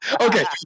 okay